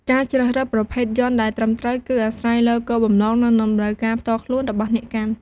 ការជ្រើសរើសប្រភេទយ័ន្តដែលត្រឹមត្រូវ គឺអាស្រ័យលើគោលបំណង និងតម្រូវការផ្ទាល់ខ្លួនរបស់អ្នកកាន់។